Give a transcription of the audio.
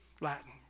Latin